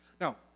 Now